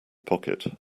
pocket